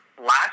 last